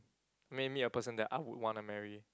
name me a person that I would want to marry